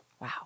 Wow